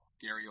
Gary